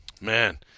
man –